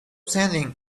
sending